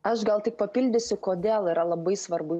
aš gal tik papildysiu kodėl yra labai svarbu